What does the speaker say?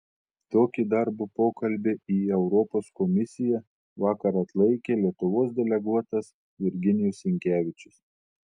tokį darbo pokalbį į europos komisiją vakar atlaikė lietuvos deleguotas virginijus sinkevičius